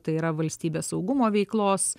tai yra valstybės saugumo veiklos